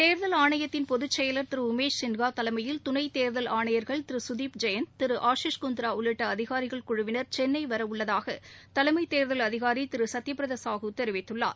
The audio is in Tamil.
தேர்தல் ஆணையத்தின் தலைமைச் செயலர் திரு உமேஷ் சின்ஹா தலைமையில் துணை தேர்தல் ஆணையர்கள் திரு கதீப் ஜெயந்த் திரு ஆஷிஷ் குந்த்ரா உள்ளிட்ட அதிகாரிகள் குழுவினர் இரண்டு நாள் பயணமாக சென்னை வரவுள்ளதாக தலைமை தேர்தல் அதிகாரி திரு சுத்தியப்பிரதா சாஹு தெரிவித்துள்ளார்